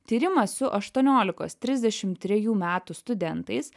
tyrimas su aštuoniolikos trisdešimt trejų metų studentais